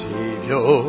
Savior